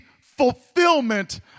fulfillment